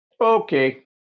Okay